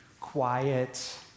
quiet